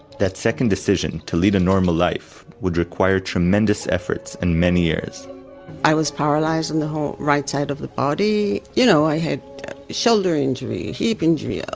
that second decision, to lead a normal life, would require tremendous efforts and many years i was paralyzed on the whole right side of the body. you know, i had shoulder injury, hip injury, ah